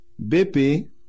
BP